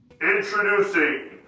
Introducing